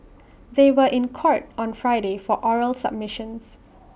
they were in court on Friday for oral submissions